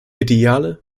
ideale